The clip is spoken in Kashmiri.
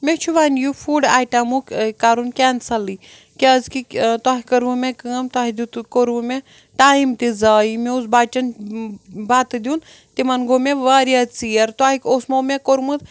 مےٚ چھُ وَنۍ یہِ فُڈ آیٹَمُک کَرُن کینسَلٕے کیازکہِ تۄہہِ کٔروٕ مےٚ کٲم تۄہہِ دیُتُکھ کوٚروُ مےٚ ٹایم تہِ زایہِ مےٚ اوس بَچَن بَتہٕ دیُن تِمَن گوٚو مےٚ وارِیاہ ژیر تۄہہِ اوسمو مےٚ کوٚرمُت